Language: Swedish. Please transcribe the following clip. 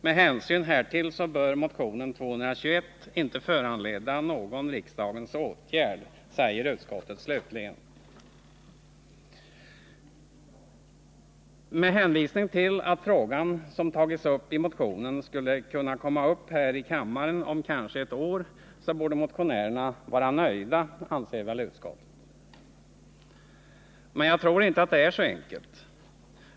Med hänsyn härtill bör motionen 221 inte föranleda någon riksdagens åtgärd, säger utskottet slutligen. Med hänvisning till att frågan som tagits upp i motionen skulle kunna komma upp här i kammaren om kanske ett år borde motionärerna vara nöjda, anser väl utskottet. Men jag tror inte att det är så enkelt.